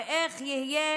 ואיך יהיו